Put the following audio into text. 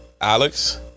Alex